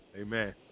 Amen